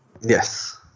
Yes